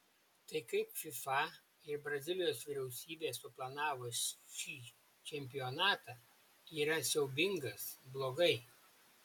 tai kaip fifa ir brazilijos vyriausybė suplanavo šį čempionatą yra siaubingas blogai